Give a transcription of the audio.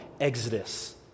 exodus